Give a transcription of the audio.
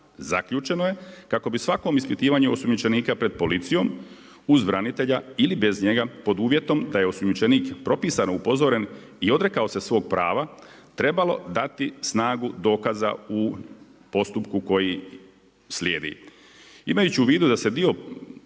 Zaključeno je, kako bi svakom ispitivanju osumnjičenika pred policijom uz branitelja ili bez njega, pod uvjetom da je osumnjičenik propisano upozoren i odrekao se svog prava trebalo dati snagu dokaza u postupku koji slijedi. Imajući u vidu da se dio